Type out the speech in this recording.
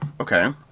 okay